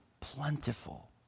plentiful